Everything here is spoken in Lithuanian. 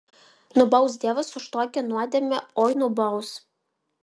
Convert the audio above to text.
nubaus dievas už tokią nuodėmę oi nubaus